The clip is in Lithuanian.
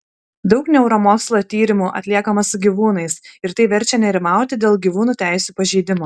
daug neuromokslų tyrimų atliekama su gyvūnais ir tai verčia nerimauti dėl gyvūnų teisių pažeidimo